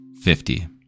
fifty